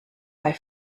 bei